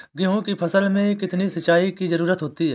गेहूँ की फसल में कितनी सिंचाई की जरूरत होती है?